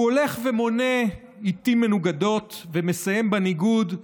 הוא הולך ומונה עיתים מנוגדות, ומסיים בניגוד: